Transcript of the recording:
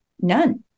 none